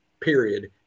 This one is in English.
period